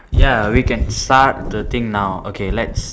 ya we can start the thing now okay let's